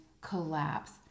collapse